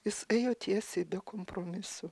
jis ėjo tiesiai be kompromisų